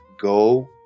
go